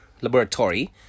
laboratory